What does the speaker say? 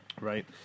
right